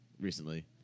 recently